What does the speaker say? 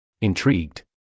Intrigued